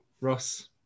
Ross